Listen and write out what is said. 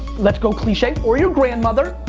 let's go cliche, or your grandmother,